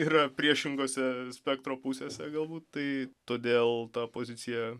yra priešingose spektro pusėse galbūt tai todėl ta pozicija